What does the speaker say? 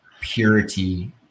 purity